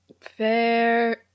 Fair